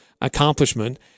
accomplishment